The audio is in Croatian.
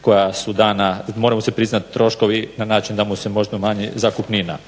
koja su dana, mora mu se priznati troškovi na način da mu se možda umanji zakupnina.